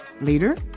Later